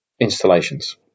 installations